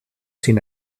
sin